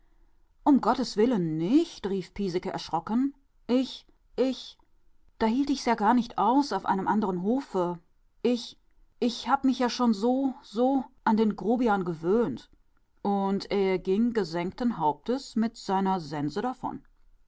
um gottes willen nicht rief piesecke erschrocken ich ich da hielte ich's ja gar nicht aus auf einem anderen hofe ich ich hab mich ja schon so so an den grobian gewöhnt und er ging gesenkten hauptes mit seiner sense